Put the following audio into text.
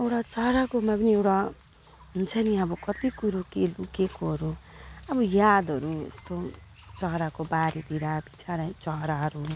एउटा चराकोमा पनि एउटा हुन्छ नि अब कति कुरो कि लुकेकोहरू अब यादहरू यस्तो चराको बारेतिर बिचरा है चराहरू